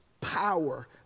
power